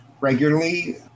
regularly